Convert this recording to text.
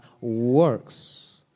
works